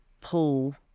pull